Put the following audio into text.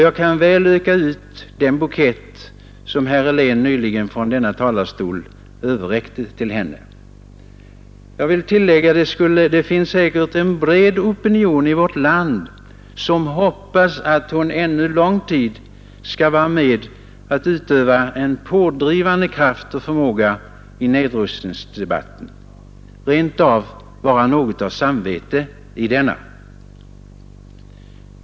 Jag kan väl öka ut den bukett som herr Helén från denna talarstol överräckte till henne. Det finns säkert en bred opinion i vårt land, som hoppas att hon ännu lång tid skall vara med och utöva sin pådrivande kraft och förmåga i nedrustningsdebatten — rent av vara något av samvete i denna.